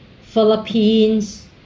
Philippines